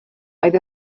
oedd